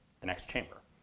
the next chamber.